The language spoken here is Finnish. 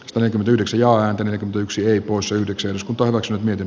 vain yhden sijaan on yksi osa yhdeksäs paras miten